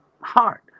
hard